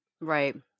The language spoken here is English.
Right